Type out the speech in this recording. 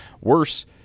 Worse